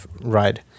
ride